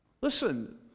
Listen